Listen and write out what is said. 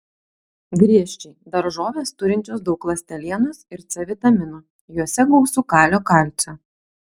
griežčiai daržovės turinčios daug ląstelienos ir c vitamino juose gausu kalio kalcio